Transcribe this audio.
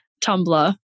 Tumblr